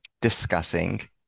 discussing